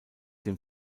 dem